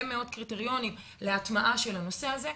מאוד קריטריונים להטמעה של הנושא הזה.